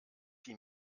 sie